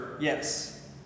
Yes